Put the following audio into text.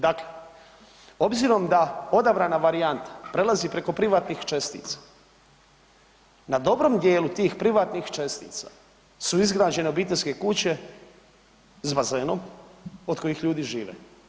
Dakle, obzirom da odabrana varijanta prelazi preko privatnih čestica na dobrom dijelu tih privatnih čestica su izgrađene obiteljske kuće s bazenom od kojih ljudi žive.